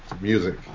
music